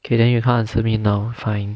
okay then you can't answer me now fine